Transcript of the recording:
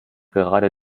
gerade